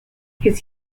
his